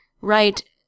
right